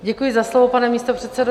Děkuji za slovo, pane místopředsedo.